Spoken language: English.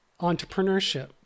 entrepreneurship